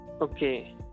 Okay